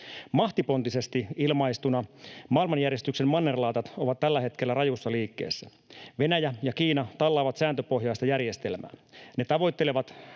Mahtipontisesti ilmaistuna maailmanjärjestyksen mannerlaatat ovat tällä hetkellä rajussa liikkeessä. Venäjä ja Kiina tallaavat sääntöpohjaista järjestelmää. Ne tavoittelevat